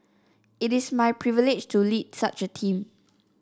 it is my privilege to lead such a team